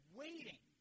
waiting